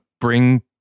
bring